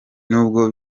n’ubwo